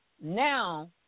now